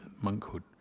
monkhood